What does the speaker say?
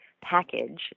package